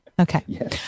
Okay